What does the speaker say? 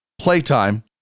playtime